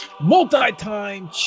multi-time